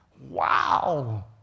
Wow